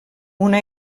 una